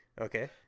Okay